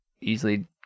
easily